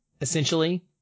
essentially